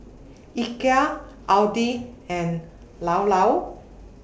Ikea Audi and Llao Llao